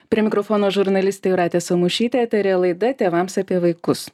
prie mikrofono žurnalistė jūratė samušytė eteryje laida tėvams apie vaikus